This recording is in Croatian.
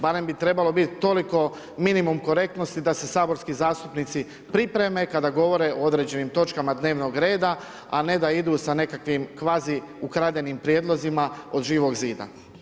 Barem bi trebalo biti toliko minimum korektnosti da se saborski zastupnici pripreme kada govore o određenim točkama dnevnog reda, a ne da idu sa nekakvim kvazi ukradenim prijedlozima od Živog zida.